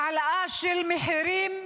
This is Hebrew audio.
ארגוני פשיעה,